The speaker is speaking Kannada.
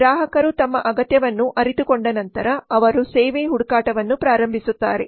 ಗ್ರಾಹಕರು ತಮ್ಮ ಅಗತ್ಯವನ್ನು ಅರಿತುಕೊಂಡ ನಂತರ ಅವರು ಸೇವೆ ಹುಡುಕಾಟವನ್ನು ಪ್ರಾರಂಭಿಸುತ್ತಾರೆ